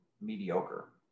mediocre